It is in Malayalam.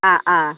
ആ ആ